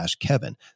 kevin